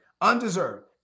undeserved